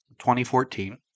2014